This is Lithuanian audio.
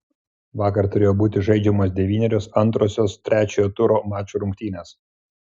vakar turėjo būti žaidžiamos devynerios antrosios trečiojo turo mačų rungtynės